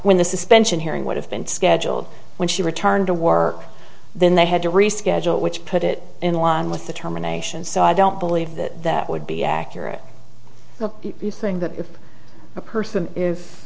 when the suspension hearing would have been scheduled when she returned to work then they had to reschedule which put it in line with the terminations so i don't believe that that would be accurate you saying that if a person i